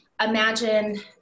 imagine